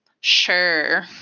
sure